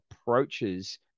approaches